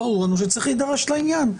ברור לנו שצריך להידרש לעניין.